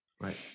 Right